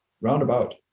roundabout